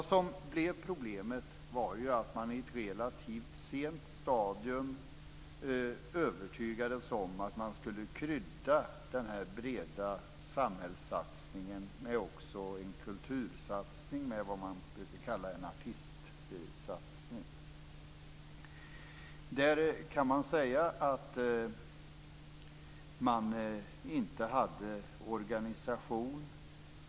Det som blev ett problem var att man i ett relativt sent stadium övertygades om att man skulle krydda den breda samhällssatsningen med en kultursatsning, en artistsatsning. Där hade man inte organisationen.